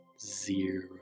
zero